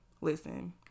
Listen